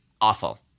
awful